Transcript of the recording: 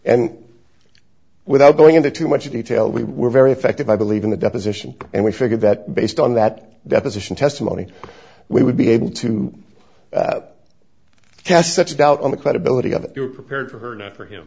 and without going into too much detail we were very effective i believe in the deposition and we figured that based on that deposition testimony we would be able to has such a doubt on the credibility of your prepared for her that for him